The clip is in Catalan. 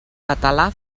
català